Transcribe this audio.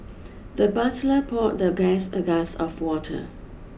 the butler poured the guest a glass of water